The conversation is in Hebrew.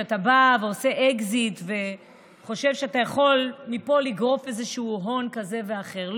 שאתה בא ועושה אקזיט וחושב שאתה יכול מפה לגרוף איזשהו הון כזה ואחר.